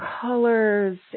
colors